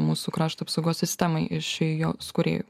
mūsų krašto apsaugos sistemai iš jos kūrėjų